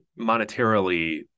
monetarily